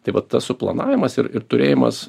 tai va tas suplanavimas ir ir turėjimas